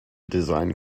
design